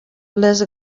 les